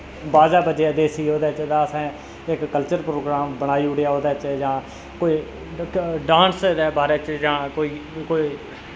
बाजा बज्जेआ देस्सी ओह्दै च तां असें इक कल्चर प्रोग्राम बनाई ओड़ेआ औह्दै च जां कोई डांस दे बारे च जां कोई कोई